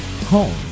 Home